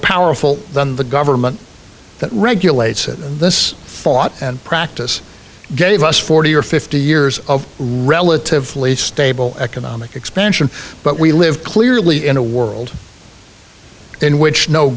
powerful than the government that regulates it this thought and practice gave us forty or fifty years of relatively stable economic expansion but we live clearly in a world in which no